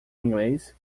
inglês